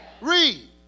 Read